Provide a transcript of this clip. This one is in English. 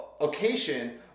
occasion